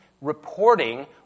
reporting